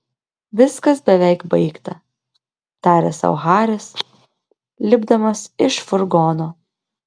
viskas beveik baigta tarė sau haris lipdamas iš furgono